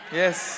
yes